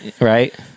Right